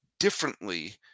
differently